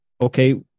okay